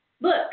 Look